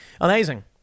amazing